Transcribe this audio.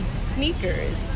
sneakers